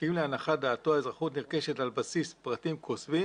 אם להנחת דעתו האזרחות נרכשת על בסיס פרטים כוזבים